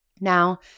Now